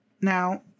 Now